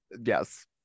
yes